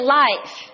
life